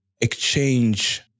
exchange